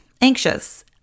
anxious